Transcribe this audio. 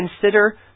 consider